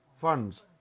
funds